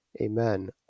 Amen